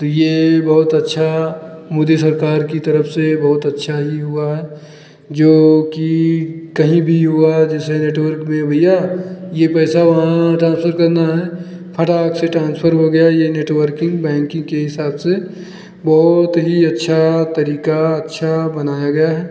तो यह बहुत अच्छा मोदी सरकार की तरफ से बहुत अच्छा ही हुआ है जो कि कहीं हुआ जैसे नेटवर्क में भैया यह पैसा वहाँ ट्रान्सफर करना है फटाक से ट्रान्सफर हो गया ये नेटवर्किंग बैंकिं के हिसाब से बहुत ही अच्छा तरीका अच्छा बनाया गया है